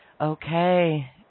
Okay